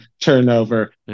turnover